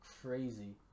crazy